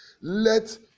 let